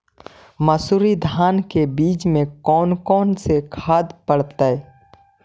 मंसूरी धान के बीज में कौन कौन से खाद पड़तै?